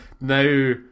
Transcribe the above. Now